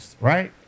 right